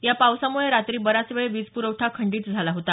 या पावसामुळे रात्री बराच वेळ वीज प्रवठा खंडीत झाला होता